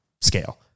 scale